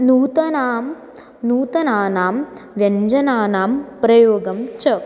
नूतनां नूतनानां व्यञ्जनानां प्रयोगं च